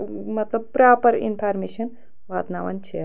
مطلب proper information واتناوان چھِ